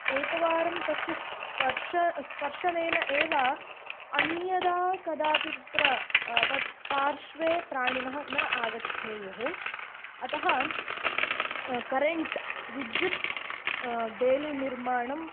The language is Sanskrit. एकवारं तस्य स्पर्श स्पर्शनेन एव अन्यथा कदापि तत्र तत् पार्श्वे प्राणिनः न आगच्छेयुः अतः करेण्ट् विद्युत् बेलिनिर्माणम्